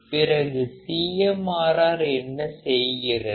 பிறகு CMRR என்ன செய்கிறது